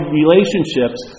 relationships